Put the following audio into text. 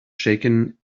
shaken